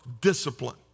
Discipline